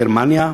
גרמניה,